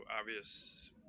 obvious